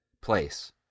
place